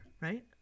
right